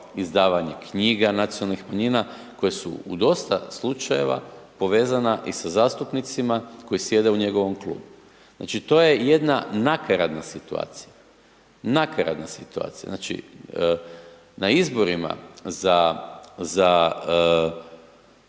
izdavanje knjiga nacionalnih manjina koje su u dosta slučajeva povezana i sa zastupnicima koji sjede u njegovom klubu. Znači to je jedna nakaradna situacija, nakaradna situacija, znači na izborim za,